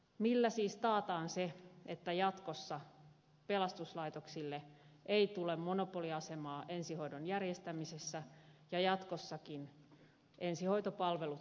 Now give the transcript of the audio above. millä siis taataan se että jatkossa pelastuslaitoksille ei tule monopoliasemaa ensihoidon järjestämisessä ja jatkossakin ensihoitopalvelut kilpailutetaan